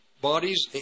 bodies